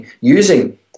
using